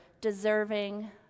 deserving